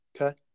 Okay